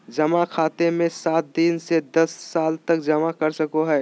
जमा खाते मे सात दिन से दस साल तक जमा कर सको हइ